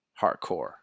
hardcore